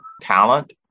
talent